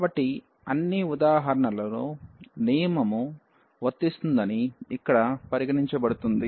కాబట్టి అన్ని ఉదాహరణలలో నియమము వర్తిస్తుందని ఇక్కడ పరిగణించబడింది